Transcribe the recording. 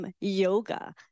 Yoga